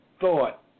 thought